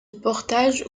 portage